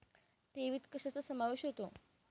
ठेवीत कशाचा समावेश होतो?